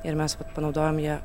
ir mes vat panaudojam ją